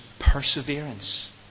perseverance